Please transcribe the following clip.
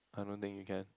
I don't think you can